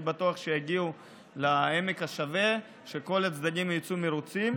אני בטוח שיגיעו לעמק השווה וכל הצדדים יצאו מרוצים,